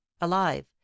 alive